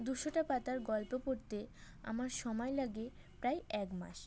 দুশোটা পাতার গল্প পড়তে আমার সময় লাগে প্রায় এক মাস